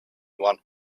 want